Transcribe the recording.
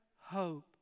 hope